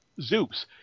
Zeus